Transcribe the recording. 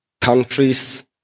countries